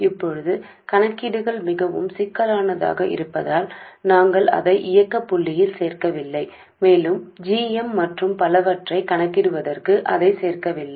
இப்போது கணக்கீடுகள் மிகவும் சிக்கலானதாக இருப்பதால் நாங்கள் அதை இயக்க புள்ளியில் சேர்க்கவில்லை மேலும் g m மற்றும் பலவற்றைக் கணக்கிடுவதற்கு அதைச் சேர்க்கவில்லை